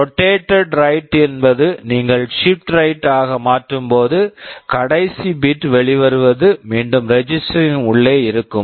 rotate right rotate right என்பது நீங்கள் shift right shift right ஆக மாற்றும்போது கடைசி பிட் bit வெளிவருவது மீண்டும் ரெஜிஸ்டர் register -ன் உள்ளே இருக்கும்